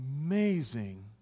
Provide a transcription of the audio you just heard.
amazing